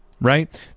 right